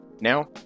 Now